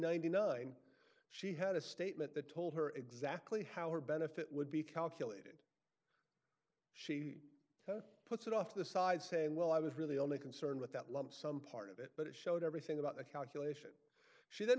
ninety nine she had a statement that told her exactly how her benefit would be calculated she puts it off the side saying well i was really only concerned with that lump sum part of it but it showed everything about the calculation she